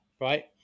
right